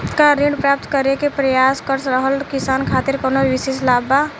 का ऋण प्राप्त करे के प्रयास कर रहल किसान खातिर कउनो विशेष लाभ बा?